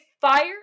fire